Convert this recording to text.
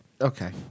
Okay